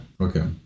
Okay